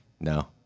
No